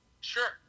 sure